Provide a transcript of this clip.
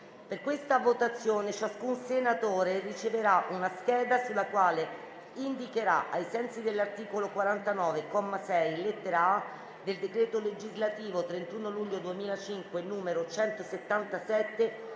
Per questa votazione ciascun senatore riceverà una scheda sulla quale indicherà, ai sensi dell'articolo 49, comma 6, lettera *a)*, del decreto legislativo 31 luglio 2005, n. 177,